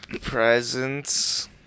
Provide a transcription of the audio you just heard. Presents